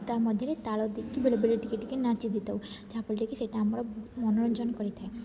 ତା ମଧ୍ୟରେ ତାଳ ଦେଇକି ବେଳେବେଳେ ଟିକେ ଟିକେ ନାଚି ଦେଇଥାଉ ଯାହାଫଳରେ କି ସେଇଟା ଆମର ମନୋରଞ୍ଜନ କରିଥାଏ